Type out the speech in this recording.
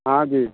हाँ जी